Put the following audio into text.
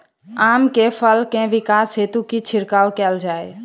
आम केँ फल केँ विकास हेतु की छिड़काव कैल जाए?